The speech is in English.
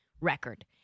record